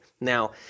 Now